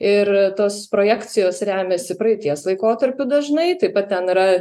ir tos projekcijos remiasi praeities laikotarpiu dažnai taip pat ten yra